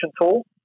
tool